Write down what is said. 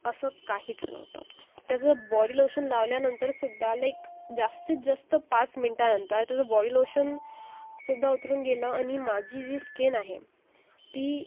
असं काहीच नव्हतं त्याचं बॉडी लोशन लावल्यानंतरसुद्धा लाईक जास्तीत जास्त पाच मिनिटानंतर त्याचं बॉडी लोशन सुद्धा उतरून गेलं आणि माझी जी स्किन आहे ती